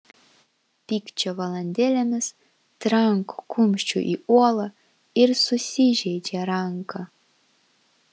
pykčio valandėlėmis tranko kumščiu į uolą ir susižeidžia ranką